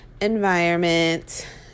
environment